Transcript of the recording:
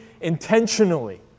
intentionally